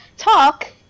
Talk